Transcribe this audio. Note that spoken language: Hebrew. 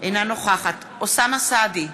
אינה נוכחת אוסאמה סעדי,